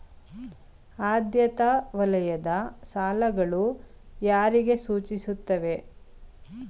ಆದ್ಯತಾ ವಲಯದ ಸಾಲಗಳು ಯಾರಿಗೆ ಸೂಚಿಸುತ್ತವೆ?